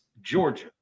georgia